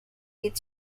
with